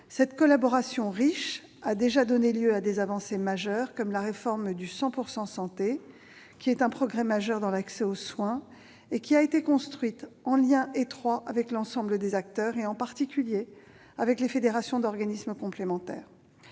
Cette collaboration riche a déjà donné lieu à des avancées majeures, comme la réforme du « 100 % santé »: marquant un progrès d'importance dans l'accès aux soins, elle a été construite en liaison étroite avec l'ensemble des acteurs, en particulier les fédérations d'organismes complémentaires.